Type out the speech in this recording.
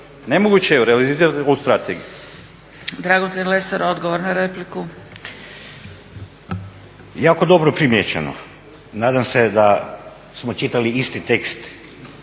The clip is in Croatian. nemoguće je realizirati ovu strategiju.